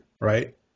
right